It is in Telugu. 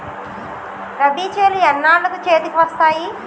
రబీ చేలు ఎన్నాళ్ళకు చేతికి వస్తాయి?